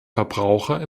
verbraucher